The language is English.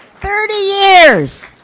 thirty years!